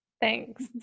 Thanks